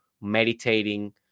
meditating